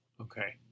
Okay